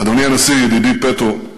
אדוני הנשיא, ידידי פטרו,